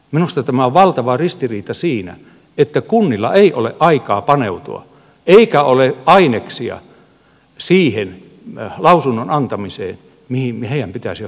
minusta tämä on valtava ristiriita siinä että kunnilla ei ole aikaa paneutua eikä ole aineksia sen lausunnon antamiseen mihin heidän pitäisi ottaa kantaa